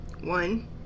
One